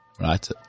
right